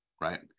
Right